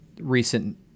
recent